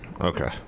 Okay